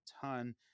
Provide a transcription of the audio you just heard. ton